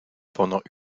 pendant